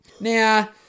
Now